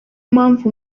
mpamvu